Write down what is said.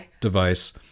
device